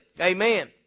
Amen